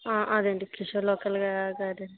అదే అండి Kishore local guide